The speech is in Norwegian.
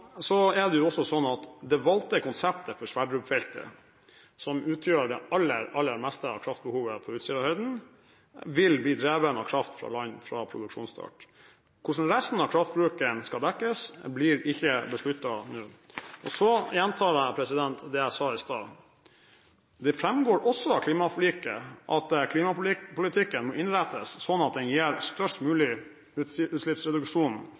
Det valgte konseptet for Johan Sverdrup-feltet, som utgjør det aller, aller meste av kraftbehovet på Utsirahøyden, vil bli drevet med kraft fra land fra produksjonsstart. Hvordan resten av kraftbruken skal dekkes, blir ikke besluttet nå. Så gjentar jeg det jeg sa i stad: Det framgår også av klimaforliket at klimapolitikken må innrettes slik at den gir størst mulig utslippsreduksjon